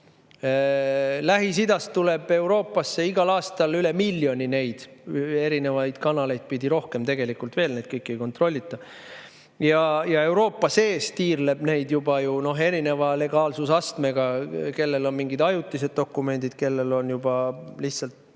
Lähis-Idast tuleb Euroopasse igal aastal üle miljoni neid, erinevaid kanaleid pidi. Tegelikult veel rohkem, kuna neid kõiki ei kontrollita. Euroopa sees tiirleb neid juba erineva legaalsusastmega: kellel on mingid ajutised dokumendid, kellel on lihtsalt